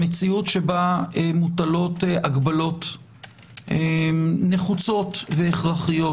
המציאות שבה מוטלות הגבלות נחוצות והכרחיות,